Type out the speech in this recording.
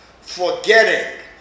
forgetting